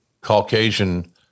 Caucasian